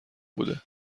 بوده